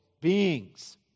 beings